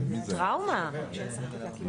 בטח סיעתית.